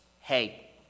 Hey